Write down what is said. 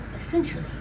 essentially